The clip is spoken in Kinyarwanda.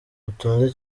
utunze